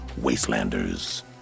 wastelanders